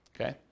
Okay